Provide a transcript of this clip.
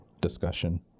Discussion